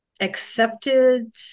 accepted